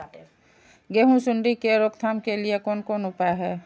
गेहूँ सुंडी के रोकथाम के लिये कोन कोन उपाय हय?